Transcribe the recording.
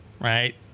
right